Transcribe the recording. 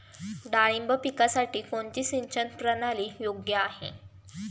डाळिंब पिकासाठी कोणती सिंचन प्रणाली योग्य आहे?